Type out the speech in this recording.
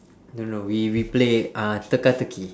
no no we we play uh teka teki